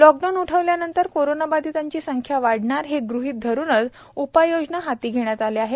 lockdown उठविल्यानंतर कोरोनाबाधितांची संख्या वाढणार हे गृहित धरूनच उपाययोजना हाती घेण्यात आल्या आहेत